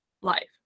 life